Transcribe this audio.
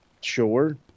sure